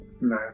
No